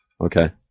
Okay